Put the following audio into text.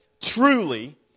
truly